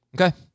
Okay